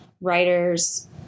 writers